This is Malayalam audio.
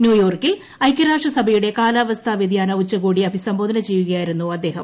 ന്യൂയോർക്കിൽ ഐക്യരാഷ്ട്രസഭയുടെ കാലാവസ്ഥാ വൃതിയാന ഉച്ചകോടിയെ അഭിസംബോധന ചെയ്യുകയായിരുന്നു അദ്ദേഹം